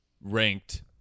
ranked